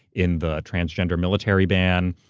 in the transgender military ban,